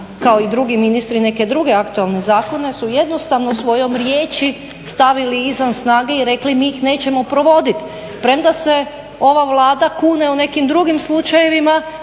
kao i drugi ministri neke druge aktualne zakone su jednostavno svojom riječi stavili izvan snage i rekli mi ih nećemo provoditi, premda se ova Vlada kune o nekim drugim slučajevima